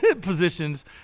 positions